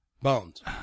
Bones